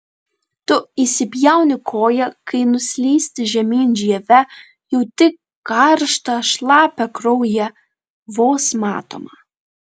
tu įsipjauni koją kai nuslysti žemyn žieve jauti karštą šlapią kraują vos matomą